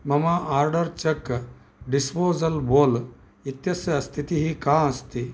मम आर्डर् चक् disposal bowl इत्यस्य स्थितिः का अस्ति